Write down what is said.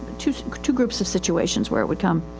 two two groups of situations where it would come,